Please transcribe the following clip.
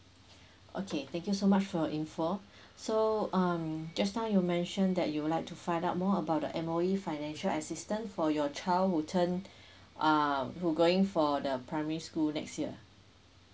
okay thank you so much for your info so um just now you mention that you would like to find out more about the M_O_E financial assistance for your child who turned um who going for the primary school next year